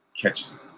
catches